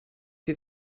die